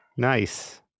nice